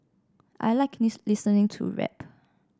I like listening to rap